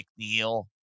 McNeil